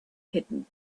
hidden